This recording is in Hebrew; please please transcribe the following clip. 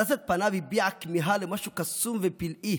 ארשת פניו הביעה כמיהה למשהו קסום ופלאי.